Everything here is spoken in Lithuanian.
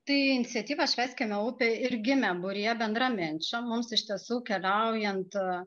tai iniciatyva švęskime upę ir gimė būryje bendraminčių mums iš tiesų keliaujant